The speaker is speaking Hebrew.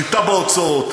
שליטה בהוצאות,